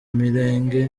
mirenge